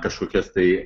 kažkokias tai